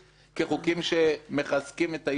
כחוקים שמחזקים את אי-השוויון.